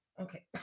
Okay